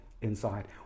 inside